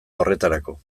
horretarako